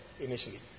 initially